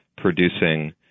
Producing